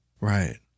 Right